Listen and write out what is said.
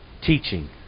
teaching